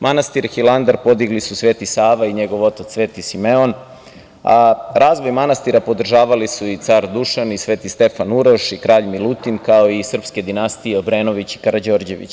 Manastir Hilandar podigli su Sv. Sava i njegov otac Sv. Simeom, a razvoj manastira podržavali su i car Dušan i Sv. Stefan Uroš i kralj Milutin, kao i srpske dinastije Obrenović i Karađorđević.